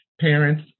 parents